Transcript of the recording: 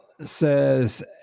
says